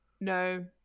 No